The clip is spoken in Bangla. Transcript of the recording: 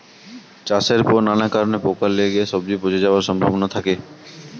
চাষের পর নানা কারণে পোকা লেগে সবজি পচে যাওয়ার সম্ভাবনা থাকে